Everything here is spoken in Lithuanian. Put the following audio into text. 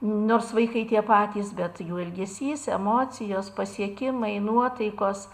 nors vaikai tie patys bet jų elgesys emocijos pasiekimai nuotaikos